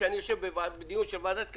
וכשאני יושב פה בדיון של ועדת כנסת,